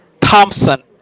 Thompson